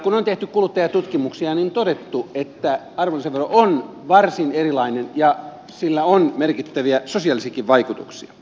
kun on tehty kuluttajatutkimuksia on todettu että arvonlisävero on varsin erilainen ja sillä on merkittäviä sosiaalisiakin vaikutuksia